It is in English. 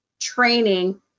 training